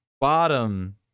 Bottom